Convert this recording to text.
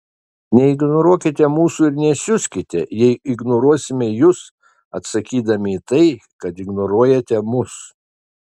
neignoruokite mūsų ir nesiuskite jei ignoruosime jus atsakydami į tai kad ignoruojate mus